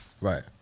right